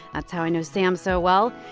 that's how i know sam so well.